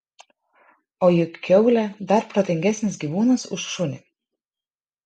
o juk kiaulė dar protingesnis gyvūnas už šunį